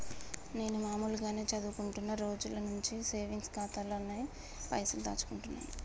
నేను మామూలుగానే చదువుకుంటున్న రోజుల నుంచి సేవింగ్స్ ఖాతాలోనే పైసలు దాచుకుంటున్నాను